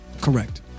Correct